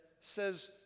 says